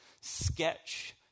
sketch